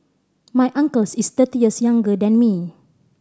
my uncles is thirty years younger than me